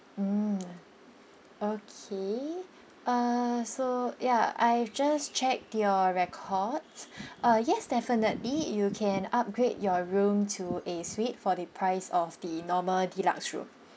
mm okay uh so ya I've just checked your records uh yes definitely you can upgrade your room to a suite for the price of the normal deluxe room